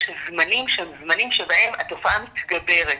זמנים שהם זמנים שבהם התופעה מתגברת,